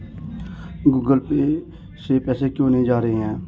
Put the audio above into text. Google Pay से पैसा क्यों नहीं जा रहा है?